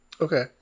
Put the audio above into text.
Okay